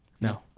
No